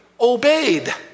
obeyed